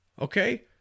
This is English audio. Okay